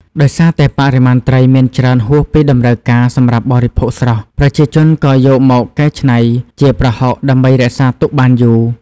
ដោយសារតែបរិមាណត្រីមានច្រើនហួសពីតម្រូវការសម្រាប់បរិភោគស្រស់ ប្រជាជនក៏យកមកកែច្នៃជាប្រហុកដើម្បីរក្សាទុកបានយូរ។